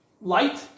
light